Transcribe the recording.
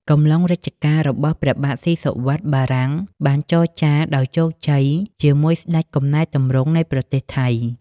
កំឡុងរជ្ជកាលរបស់ព្រះបាទស៊ីសុវត្ថិ បារាំងបានចរចាដោយជោគជ័យជាមួយស្តេចកំណែទម្រង់នៃប្រទេសថៃ ។